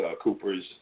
Cooper's